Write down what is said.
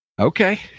Okay